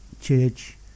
Church